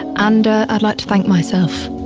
and i'd like to thank myself